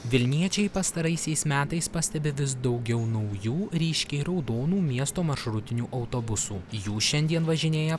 vilniečiai pastaraisiais metais pastebi vis daugiau naujų ryškiai raudonų miesto maršrutinių autobusų jų šiandien važinėja